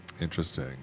Interesting